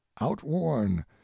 outworn